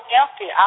empty